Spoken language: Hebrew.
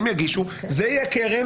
זה יהיה הקרן,